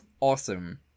awesome